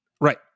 Right